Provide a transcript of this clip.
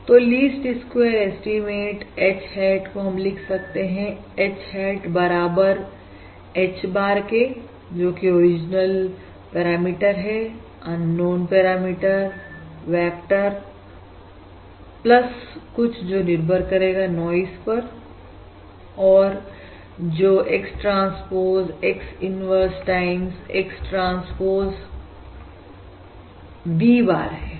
तो least square estimate H hat को हम लिख सकते हैं H hat बराबर H bar के जोकि ओरिजिनल पैरामीटर है अननोन पैरामीटर वेक्टर कुछ जो निर्भर करेगा नॉइज पर और जो X transpose X inverse time X transpose V bar है